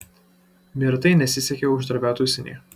mirtai nesisekė uždarbiaut užsienyje